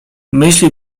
myśli